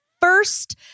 first